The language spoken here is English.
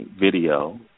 video